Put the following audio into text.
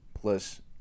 Plus